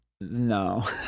no